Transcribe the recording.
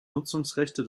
nutzungsrechte